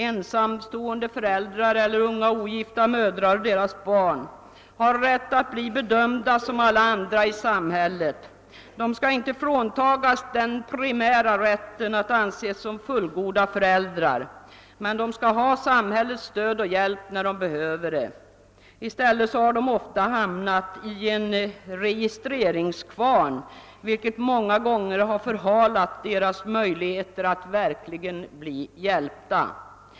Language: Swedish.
Ensamstående föräldrar eller unga ogifta mödrar och deras barn har rätt att bli bedömda som alla andra i samhället. De skall inte fråntagas den primära rätten att anses som fullgoda föräldrar, men de skall ha samhällets stöd och hjälp när de behöver det. I stället har de ofta hamnat i en registreringskvarn, vilket många gånger förhalat deras möjligheter att verkligen bli hjälpta.